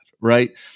Right